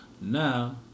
Now